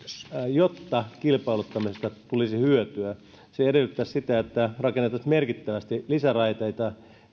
jotta kilpailuttamisesta tulisi hyötyä se edellyttäisi sitä että rakennettaisiin merkittävästi lisäraiteita